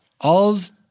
All's